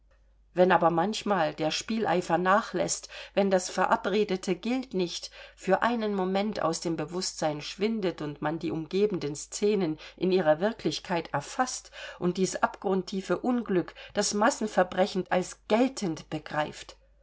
wenn aber manchmal der spieleifer nachläßt wenn das verabredete gilt nicht für einen moment aus dem bewußtsein schwindet und man die umgebenden scenen in ihrer wirklichkeit erfaßt und dies abgrundtiefe unglück das massenverbrechen als geltend begreift